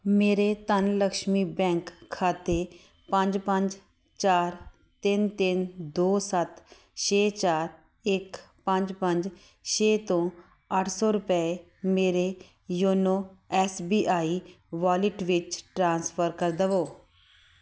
ਮੇਰੇ ਧਨਲਕਸ਼ਮੀ ਬੈਂਕ ਖਾਤੇ ਪੰਜ ਪੰਜ ਚਾਰ ਤਿੰਨ ਤਿੰਨ ਦੋ ਸੱਤ ਛੇ ਚਾਰ ਇੱਕ ਪੰਜ ਪੰਜ ਛੇ ਤੋਂ ਅੱਠ ਸੌ ਰੁਪਏ ਮੇਰੇ YONO S B I wallet ਵਿੱਚ ਟ੍ਰਾਂਸਫਰ ਕਰ ਦਵੋ